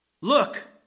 look